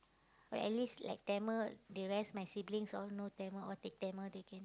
but at least like Tamil the rest my siblings all know Tamil all take Tamil they can